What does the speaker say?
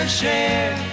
share